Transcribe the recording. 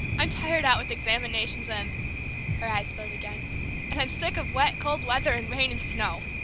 i'm tired out with examinations and her eyes filled again and i'm sick of wet cold weather and rain and snow,